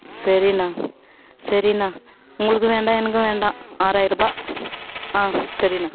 சரிண்ணா சரிண்ணா உங்களுக்கு வேண்டாம் எனக்கும் வேண்டாம் ஆறாயிரரூபா ஆ சரிண்ணா